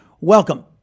welcome